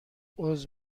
عذر